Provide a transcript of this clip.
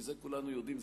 כי זה כולנו יודעים,